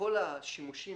כל השימושים